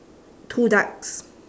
two ducks